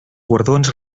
guardons